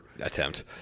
Attempt